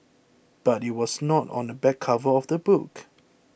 but it was not on the back cover of the book